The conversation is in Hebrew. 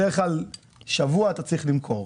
בדרך כלל תוך שבוע אתה צריך למכור,